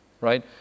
right